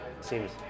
seems